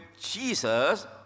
Jesus